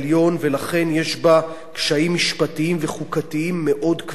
ולכן יש בה קשיים משפטיים וחוקתיים מאוד כבדים.